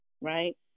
right